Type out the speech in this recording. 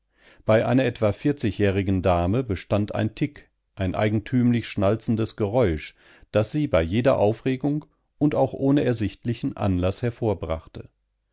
bei einer etwa jährigen dame bestand ein tic ein eigentümlich schnalzendes geräusch das sie bei jeder aufregung und auch ohne ersichtlichen anlaß